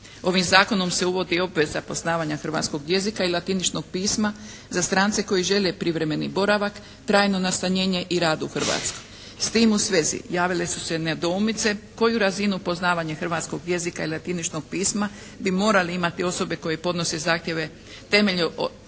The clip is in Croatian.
Ovim Zakonom se uvodi obveza poznavanja hrvatskog jezika i latiničnog pisma za strance koji žele privremeni boravak, trajno nastanjenje i rad u Hrvatskoj. S tim u svezi javile su se nedoumice koju razinu poznavanja hrvatskog jezika i latiničnog pisma bi morale imati osobe koje podnose zahtjeve temeljem odredbi